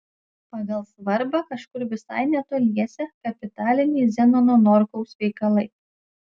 pagal svarbą kažkur visai netoliese kapitaliniai zenono norkaus veikalai